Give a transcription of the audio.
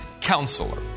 counselor